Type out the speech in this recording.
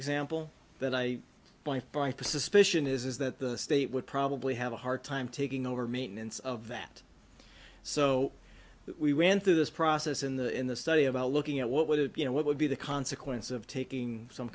example that i point by for suspicion is that the state would probably have a hard time taking over maintenance of that so we went through this process in the in the study about looking at what would it be and what would be the consequence of taking some